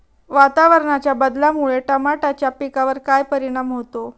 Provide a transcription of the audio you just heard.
वातावरणाच्या बदलामुळे टमाट्याच्या पिकावर काय परिणाम होतो?